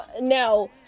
now